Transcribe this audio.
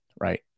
right